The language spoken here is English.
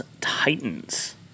Titans